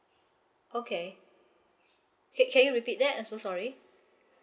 okay can can you repeat that I'm so sorry